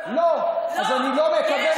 זה, אבל אתה לא בא לדיונים, אז איך תדע?